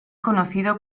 conocido